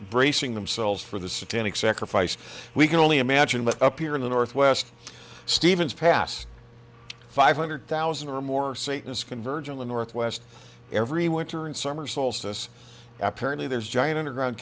bracing themselves for the satanic sacrifice we can only imagine but up here in the northwest stevens pass five hundred thousand or more satans converge in the northwest every winter and summer solstice apparently there's giant underground